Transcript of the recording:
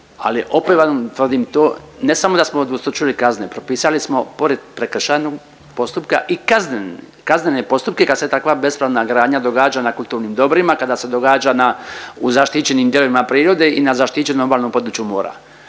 ali opet vam tvrdim to ne samo da smo udvostručili kazne, propisali smo pored prekršajnog postupka i kaznene postupke, kaznene postupke kad se takva bespravna gradnja događa na kulturnim dobrima, kada se događa na, u zaštićenim dijelovima prirode i na zaštićenom obalnom području mora.